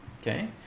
Okay